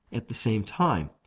at the same time.